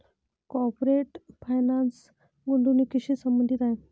corporate finance गुंतवणुकीशी संबंधित आहे